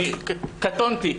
אני קטונתי.